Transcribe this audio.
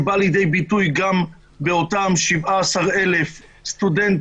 שבא לידי ביטוי גם באותם 17,000 סטודנטים,